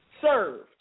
served